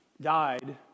died